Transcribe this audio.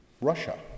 Russia